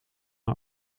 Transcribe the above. een